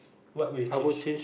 what will you change